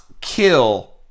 kill